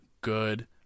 good